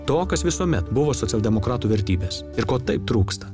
to kas visuomet buvo socialdemokratų vertybės ir ko taip trūksta